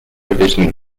revision